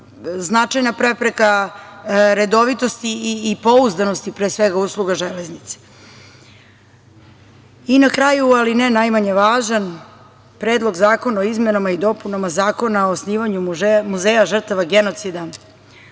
značajna prepreka redovitosti i pouzdanosti, pre svega, usluga železnice. Na kraju, ali ne najmanje važan, Predlog zakona o izmenama i dopunama Zakona o osnivanju Muzeja žrtava genocida.